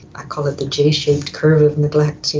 i call it the j-shaped curve of neglect. you